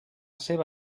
seva